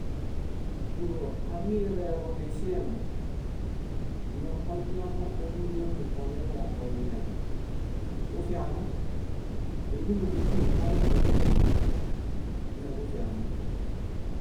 Búloo amireḃoniŝiembo, ño oñaho óhulomi waneɭoya oñaho, bufiamo. Ómbinudin áñaxamiɭimo. Meḃufiamo.